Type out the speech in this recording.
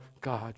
God